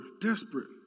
desperate